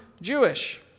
Jewish